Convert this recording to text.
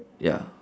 ya